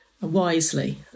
wisely